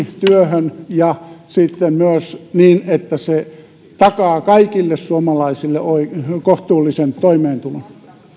työhön kannustavaksi ja sitten myös niin että se takaa kaikille suomalaisille kohtuullisen toimeentulon